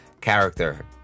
character